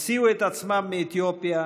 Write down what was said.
הוציאו את עצמם מאתיופיה,